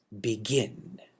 Begin